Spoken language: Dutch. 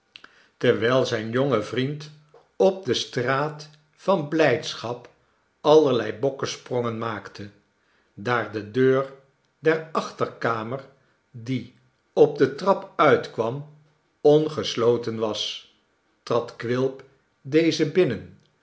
terwijl zijn jonge vriend op de straat van blijdschap allerlei bokkensprongen maakte daar de deur der achterkamer die op de trap uitkwam ongesloten was trad quilp deze binnen